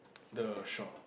the shop